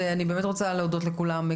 ובאמת אני רוצה להודות לכולם,